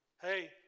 Hey